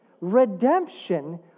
Redemption